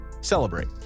celebrate